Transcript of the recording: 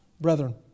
brethren